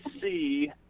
see